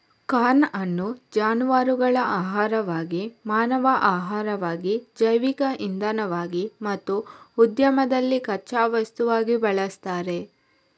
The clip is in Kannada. ಕಾರ್ನ್ ಅನ್ನು ಜಾನುವಾರುಗಳ ಆಹಾರವಾಗಿ, ಮಾನವ ಆಹಾರವಾಗಿ, ಜೈವಿಕ ಇಂಧನವಾಗಿ ಮತ್ತು ಉದ್ಯಮದಲ್ಲಿ ಕಚ್ಚಾ ವಸ್ತುವಾಗಿ ಬಳಸ್ತಾರೆ